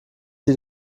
sie